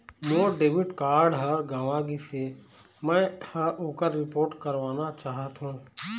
मोर debit card ह गंवा गिसे, मै ह ओकर रिपोर्ट करवाना चाहथों